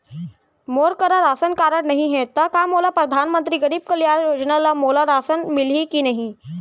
मोर करा ration card नहीं है त का मोल परधानमंतरी गरीब कल्याण योजना ल मोला राशन मिलही कि नहीं?